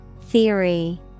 Theory